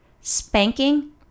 spanking